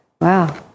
Wow